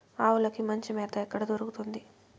ఆవులకి మంచి మేత ఎక్కడ దొరుకుతుంది?